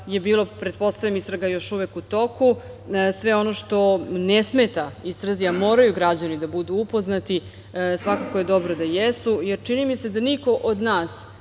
Republike Srbije. Istraga je još uvek u toku. Sve ono što ne smeta istrazi, a moraju građani da budu upoznati, svakako je dobro da jesu jer čini mi se da niko od nas